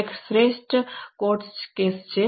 એક શ્રેષ્ઠ ઉદાહરણ કોર્ટ કેસ છે